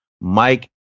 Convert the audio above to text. Mike